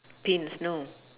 pins no